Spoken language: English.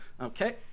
Okay